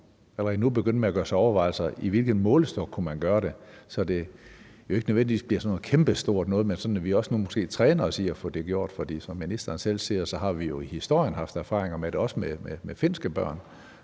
allerede nu begyndte at gøre sig overvejelser om, i hvilken målestok man kunne gøre det, så det ikke nødvendigvis bliver sådan noget kæmpestort noget, men sådan at vi sådan set også træner os i at få det gjort. For som ministeren selv sagde, har vi historisk haft erfaringer med det, også med finske børn,